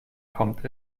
kommt